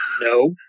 No